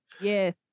yes